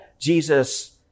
Jesus